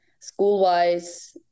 school-wise